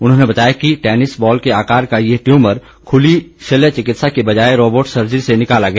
उन्होंने बताया कि टैनिस बॉल के आकार का ये ट्यूमर खुली शल्य चिकित्सा की बजाय रोबोट सर्जरी से निकाला गया